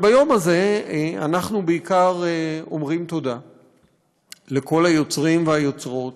אבל ביום הזה אנחנו בעיקר אומרים תודה לכל היוצרים והיוצרות,